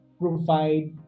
provide